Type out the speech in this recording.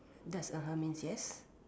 that's means yes